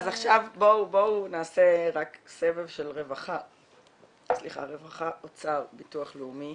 בואו נעשה סבב של רווחה, אוצר, ביטוח לאומי